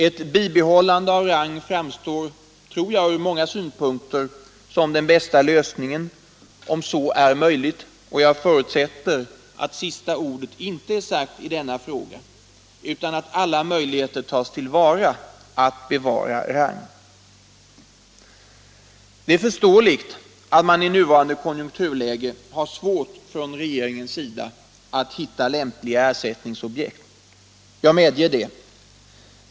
Ett bibehållande av Rang framstår, tror jag, från många synpunkter som den bästa lösningen om så är möjligt, och jag förutsätter att det sista ordet inte är sagt i denna fråga, utan att alla möjligheter tas till vara att bevara Rang. Det är förståeligt att regeringen i nuvarande konjunkturläge har svårt att hitta lämpliga ersättningsobjekt; jag medger det.